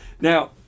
Now